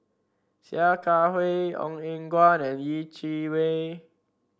Sia Kah Hui Ong Eng Guan and Yeh Chi Wei